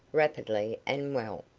rapidly and well.